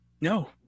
No